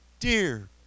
Dear